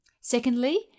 Secondly